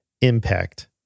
impact